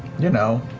you know.